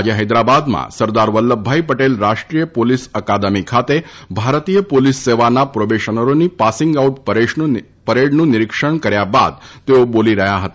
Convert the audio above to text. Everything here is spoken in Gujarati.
આજે હૈદરાબાદમાં સરદાર વલ્લભભાઇ પટેલ રાષ્ટ્રીય પોલીસ અકાદમી ખાતે ભારતીય પોલીસ સેવાના પ્રોબેશન રો ની પાસિંગ આઉટ પરેડનું નિરીક્ષણ કર્યા બાદ તેઓ બોલી રહ્યા હતા